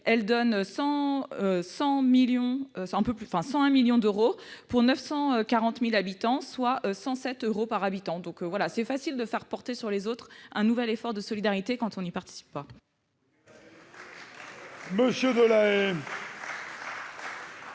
c'est 101 millions d'euros pour 940 000 habitants, soit 107 euros par habitant. Monsieur Féraud, c'est facile de faire porter sur les autres un nouvel effort de solidarité quand on n'y participe pas